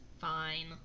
Fine